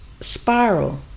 spiral